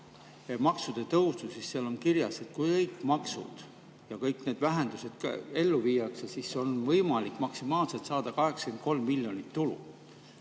maksude tõusu kohta, siis seal on kirjas, et kui kõik maksud ja kõik need vähendused ellu viiakse, siis on võimalik maksimaalselt saada 83 miljonit